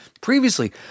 Previously